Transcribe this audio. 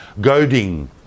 goading